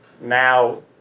now